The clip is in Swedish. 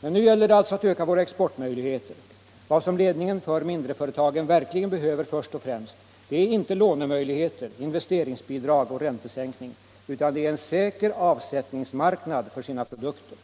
Men nu gäller det alltså att öka våra exportmöjligheter. Vad ledningen för mindreföretagen verkligen behöver först och främst är inte lånemöjligheter, investeringsbidrag och räntesänkning utan det är en säker avsättningsmarknad för sina produkter.